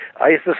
ISIS